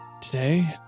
today